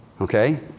Okay